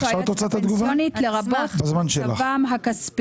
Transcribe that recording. מי נגד?